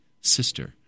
sister